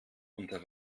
unter